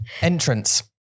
Entrance